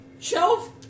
Shelf